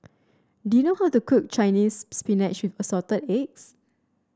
do you know how to cook Chinese Spinach Assorted Eggs